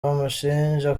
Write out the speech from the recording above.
bamushinja